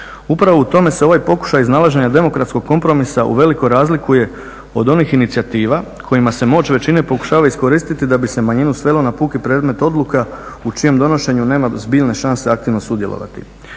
Upravo u tome se ovaj pokušaj iznalaženja demokratskog kompromisa uveliko razlikuje od onih inicijativa kojima se moć većine pokušava iskoristiti da bi se manjinu svelo na puki predmet odluka u čijem donošenju nema zbiljne šanse aktivno sudjelovati.